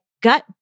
gut